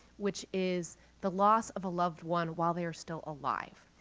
which is the loss of a loved one while they're still alive.